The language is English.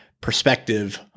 perspective